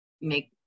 make